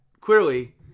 clearly